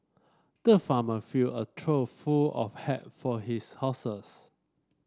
the farmer filled a trough full of hay for his horses